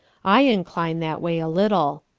i incline that way a little.